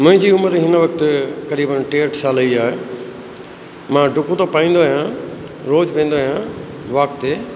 मुंहिंजी उमिरि हिन वक़्तु क़रीबनि टेहठि साल जी आहे मां डुकूं त पाईंदो आहियां रोज़ु वेंदो आहियां वॉक ते